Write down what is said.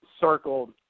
circled